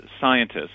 scientists